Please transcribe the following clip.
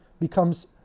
becomes